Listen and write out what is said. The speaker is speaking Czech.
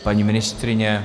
Paní ministryně?